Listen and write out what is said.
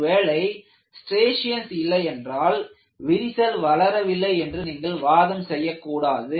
ஒருவேளை ஸ்ட்ரியேஷன்ஸ் இல்லை என்றால் விரிசல் வளரவில்லை என்று நீங்கள் வாதம் செய்யக்கூடாது